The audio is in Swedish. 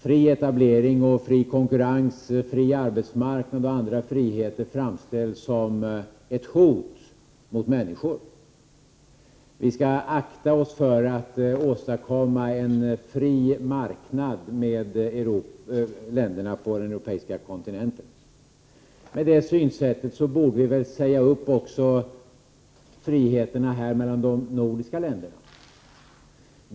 Fri etablering och fri konkurrens, fri arbetsmarknad och andra friheter framställs som ett hot mot människor: Vi skall akta oss för att åstadkomma en fri marknad med länderna på den europeiska kontinenten. Med det synsättet borde vi väl säga upp också friheterna mellan de nordiska länderna!